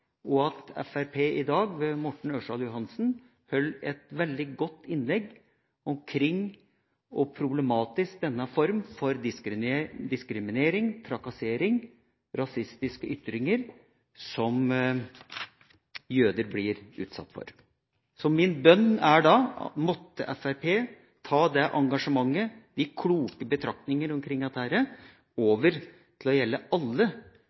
og at Fremskrittspartiet i dag, ved Morten Ørsal Johansen, holdt et veldig godt innlegg som handlet om hvor problematisk denne formen for diskriminering, trakassering og rasistiske ytringer som jøder blir utsatt for, er. Min bønn er da: Måtte Fremskrittspartiet ta det engasjementet og de kloke betraktningene omkring dette med til å gjelde alle